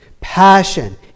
passion